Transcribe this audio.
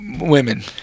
women